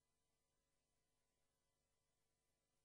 וכך